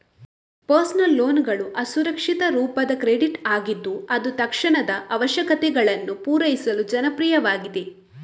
personal ಲೋನ್ಗಳು ಅಸುರಕ್ಷಿತ ರೂಪದ ಕ್ರೆಡಿಟ್ ಆಗಿದ್ದು ಅದು ತಕ್ಷಣದ ಅವಶ್ಯಕತೆಗಳನ್ನು ಪೂರೈಸಲು ಜನಪ್ರಿಯವಾಗಿದೆ